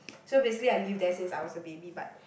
so basically I live there since I was a baby but